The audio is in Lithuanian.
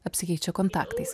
apsikeičia kontaktais